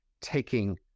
taking